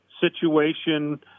situation